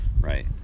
Right